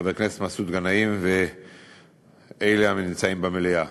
חבר הכנסת מסעוד גנאים ואלה הנמצאים במליאה,